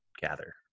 gather